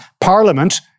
Parliament